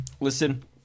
Listen